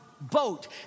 boat